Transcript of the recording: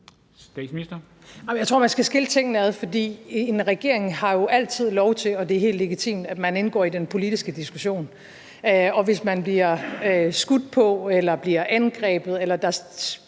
Frederiksen): Jeg tror, man skal skille tingene ad, for en regering har jo altid lov til, og det er helt legitimt, at man indgår i den politiske diskussion. Og hvis man bliver skudt på eller bliver angrebet eller der